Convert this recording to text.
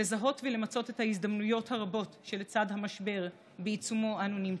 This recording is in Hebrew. לזהות ולמצות את ההזדמנויות הרבות לצד המשבר שבעיצומו אנו נמצאים.